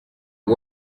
ngo